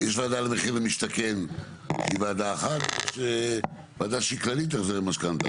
למחיר למשתכן שזו ועדה אחת ויש ועדה שהיא כללית להחזרי משכנתא,